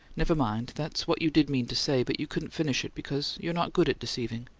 never mind that's what you did mean to say, but you couldn't finish it because you're not good at deceiving.